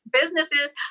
businesses